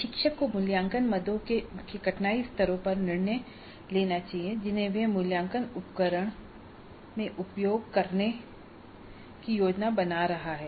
प्रशिक्षक को मूल्यांकन मदों के कठिनाई स्तरों पर निर्णय लेना चाहिए जिन्हें वह मूल्यांकन उपकरण में उपयोग करने की योजना बना रहा है